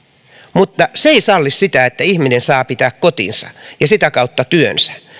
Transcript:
mutta se ei salli sitä että ihminen saa pitää kotinsa ja sitä kautta työnsä